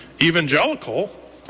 Evangelical